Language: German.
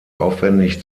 aufwendig